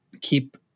keep